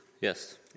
Yes